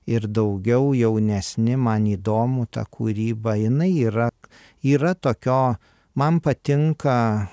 ir daugiau jaunesni man įdomu ta kūryba jinai yra yra tokio man patinka